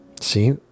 See